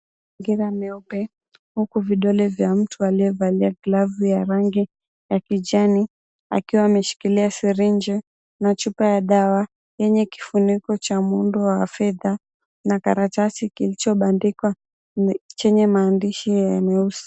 meupe huku vidolev ya mtu aliyevalia glavu ya rangi ya kijani akiwa ameshikilia sirinji na chupa ya dawa yenye kifuniko cha muundo wa fedha na karatasi kilicho bandikwa chenye maandishi ya meusi.